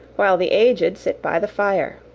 while the aged sit by the fire.